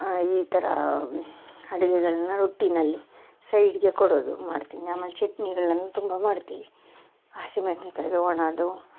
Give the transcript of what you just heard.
ಈ ಥರ ಅಡುಗೆಗಳ್ನ ರೊಟ್ಟಿಯಲ್ಲಿ ಸೈಡಿಗೆ ಕೊಡೋದು ಮಾಡ್ತೀನಿ ಆಮೇಲೆ ಚಟ್ನಿಗಳನ್ನು ತುಂಬ ಮಾಡ್ತೀನಿ ಹಸಿಮೆಣಸಿನ್ಕಾಯೀದು ಒಣಾದು